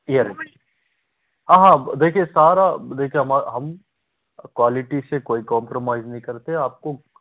earring हाँ हाँ देखिए सारा देखिए हमारा हम क्वालिटी से कोई कॉम्प्रोमाइज़ नहीं करते आपको